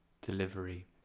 delivery